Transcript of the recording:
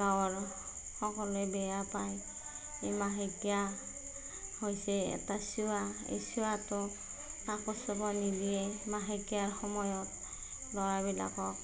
গাঁৱৰ সকলোৱে বেয়া পায় এই মাহেকীয়া হৈছে এটা চুৱা এই চুৱাটো কাকো চুব নিদিয়ে মাহেকীয়াৰ সময়ত ল'ৰাবিলাকক